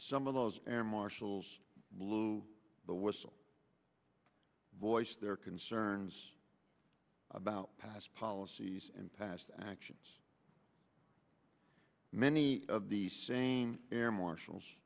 some of those and marshals blew the whistle voiced their concerns about past policies and past actions many of the same air marshals